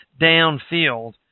downfield